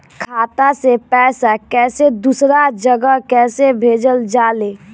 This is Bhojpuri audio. खाता से पैसा कैसे दूसरा जगह कैसे भेजल जा ले?